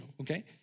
okay